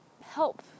help